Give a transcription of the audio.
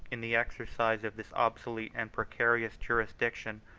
in the exercise of this obsolete and precarious jurisdiction,